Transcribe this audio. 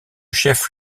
chef